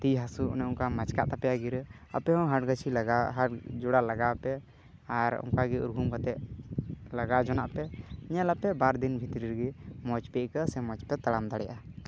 ᱛᱤ ᱦᱟᱹᱥᱩ ᱚᱱᱮ ᱚᱱᱠᱟ ᱢᱟᱪ ᱠᱟᱜ ᱛᱟᱯᱮᱭᱟ ᱜᱤᱨᱟᱹ ᱟᱯᱮ ᱦᱚᱸ ᱦᱟᱴ ᱜᱟᱹᱪᱷᱤ ᱞᱟᱜᱟᱣ ᱡᱚᱲᱟ ᱞᱟᱜᱟᱣ ᱟᱯᱮ ᱟᱨ ᱚᱱᱠᱟᱜᱮ ᱩᱨᱜᱩᱢ ᱠᱟᱛᱮ ᱞᱟᱜᱟᱣ ᱡᱚᱱᱟᱜ ᱯᱮ ᱧᱮᱞ ᱟᱯᱮ ᱵᱟᱨ ᱫᱤᱱ ᱵᱷᱤᱛᱨᱤ ᱨᱮᱜᱮ ᱢᱚᱡᱽ ᱯᱮ ᱟᱹᱭᱠᱟᱹᱜᱼᱟ ᱥᱮ ᱢᱚᱡᱽ ᱯᱮ ᱛᱟᱲᱟᱢ ᱫᱟᱲᱮᱭᱟᱜᱼᱟ